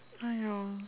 !aiyo!